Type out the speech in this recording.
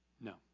no